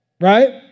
right